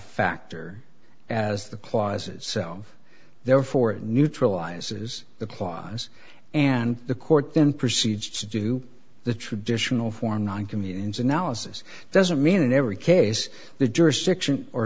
factor as the clause it self therefore it neutralizes the clause and the court then proceeds to do the traditional form one communions analysis doesn't mean in every case the jurisdiction or